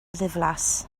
ddiflas